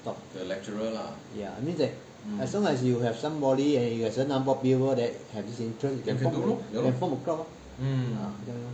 ya means that as long as you have somebody and you have certain number of people that have this interest you can form a club lor